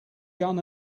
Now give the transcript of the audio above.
gun